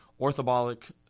Orthobolic